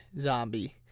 zombie